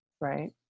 Right